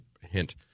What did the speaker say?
hint